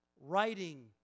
writing